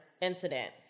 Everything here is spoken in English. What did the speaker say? incident